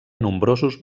nombrosos